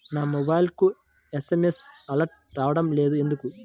నా మొబైల్కు SMS alerts రావడం లేదు ఎందుకు?